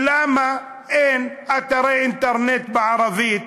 למה אין אתרי אינטרנט בערבית,